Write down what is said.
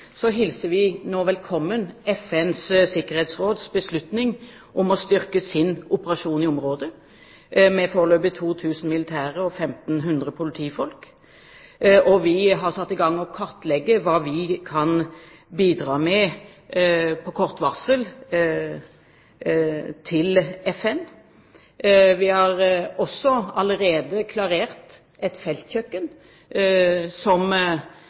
hilser nå velkommen FNs sikkerhetsråds beslutning om å styrke sin operasjon i området, med foreløpig 2 000 militære og 1 500 politifolk. Vi har satt i gang med å kartlegge hva vi kan bidra med på kort varsel til FN. Vi har også allerede klarert flere feltkjøkken som